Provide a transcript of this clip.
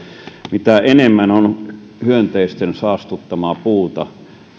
mitä enemmän on hyönteisten saastuttamaa puuta